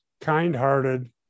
kind-hearted